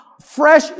fresh